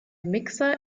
mixer